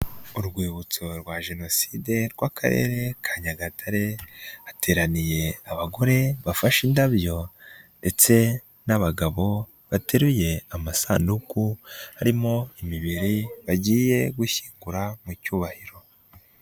Urwibutso rwa jenoside rw'Akarere ka Nyagatare hateraniye abagore bafashe indabyo ndetse n'abagabo bateruye amasanduku harimo imibiri bagiye gushyingura mu cyubahiro.